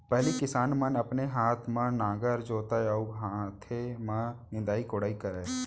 पहिली किसान मन अपने हाथे म नांगर जोतय अउ हाथे म निंदई कोड़ई करय